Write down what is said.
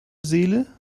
seele